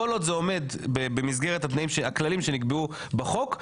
כל עוד זה עומד במסגרת התנאים הכללים שנקבעו בחוק,